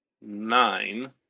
nine